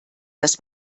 dass